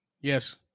yes